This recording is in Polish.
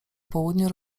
południu